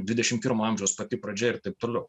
dvidešimt pirmo amžiaus pati pradžia ir taip toliau